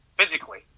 Physically